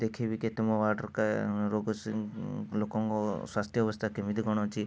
ଦେଖାଇବି କେତେ ମୋ ୱାର୍ଡ଼ର ରୋଗ ଲୋକଙ୍କ ସ୍ୱାସ୍ଥ୍ୟ ଅବସ୍ଥା କେମିତି କ'ଣ ଅଛି